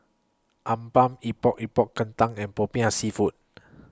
Appam Epok Epok Kentang and Popiah Seafood